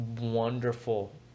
Wonderful